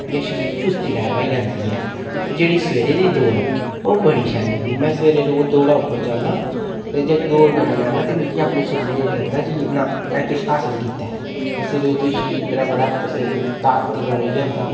इ'यां शरीर च चुस्ती टैप आई जंदी ऐ ते जेह्ड़ी सवेरे दी दौड़ ऐ ओह् बड़ी शैल लगदी में सवेरे रोज़ दौड़ा उप्पर जान्ना ते जद् दौड़ करियै आना ते मिकी अपना शरीर लगदा कि ना में किश हासल कीता ऐ ते सवेरे ते शरीर मेरा बड़ा ताकती वर होई जांदा